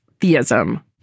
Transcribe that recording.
theism